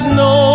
no